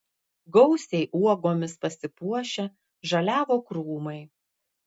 gausiai uogomis pasipuošę žaliavo krūmai